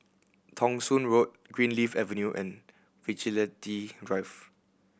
Thong Soon Road Greenleaf Avenue and Vigilante Drive